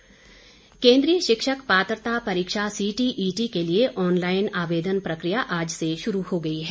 पात्रता परीक्षा केन्द्रीय शिक्षक पात्रता परीक्षा सीटीईटी के लिए ऑनलाइन आवेदन प्रक्रिया आज से शुरू हो गई है